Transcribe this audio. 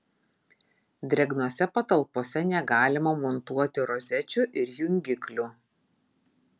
drėgnose patalpose negalima montuoti rozečių ir jungiklių